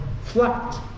flat